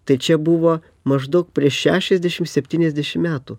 tai čia buvo maždaug prieš šešiasdešim septyniasdešim metų